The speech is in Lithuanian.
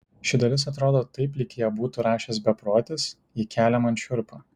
ši dalis atrodo taip lyg ją būtų rašęs beprotis ji kelia man šiurpą